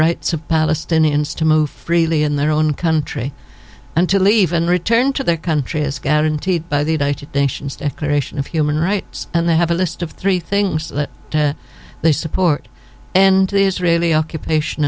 rights of palestinians to move freely in their own country and to leave and return to their country is guaranteed by the united nations decoration of human rights and they have a list of three things they support and the israeli occupation